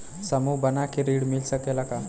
समूह बना के ऋण मिल सकेला का?